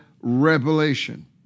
Revelation